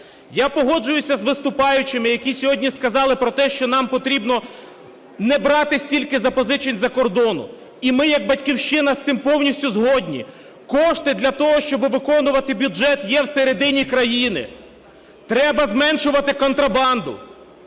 Я погоджуюсь з виступаючими, які сьогодні сказали про те, що нам потрібно не брати стільки запозичень з-за кордону і ми, як "Батьківщина" з цим повністю згодні. Кошти для того, щоб виконувати бюджет, є всередині країни. Треба зменшувати контрабанду,